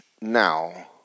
now